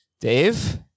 Dave